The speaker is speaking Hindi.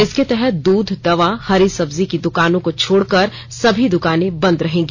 इसके तहत दूध दवा हरी सब्जी की द्वकानों को छोड़कर सभी दुकाने बंद रहेगी